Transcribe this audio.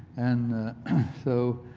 and so,